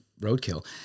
roadkill